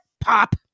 pop